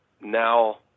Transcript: now